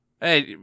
Hey